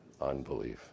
unbelief